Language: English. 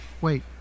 wait